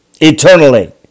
eternally